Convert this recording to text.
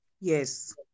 Yes